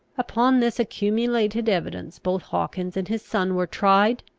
upon this accumulated evidence both hawkins and his son were tried,